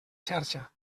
xarxa